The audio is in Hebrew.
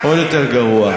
עוד יותר גרוע.